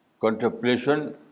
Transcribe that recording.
contemplation